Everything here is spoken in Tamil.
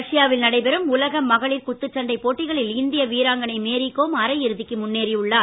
ரஷ்யாவில் நடைபெறும் உலக மகளிர் குத்துச்சண்டை போட்டிகளில் இந்திய வீராங்கனை மேரிகோம் அரை இறுதிக்கு முன்னேறி உள்ளார்